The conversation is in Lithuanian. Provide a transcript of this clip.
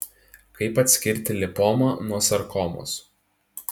kaip atskirti lipomą nuo sarkomos